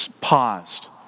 paused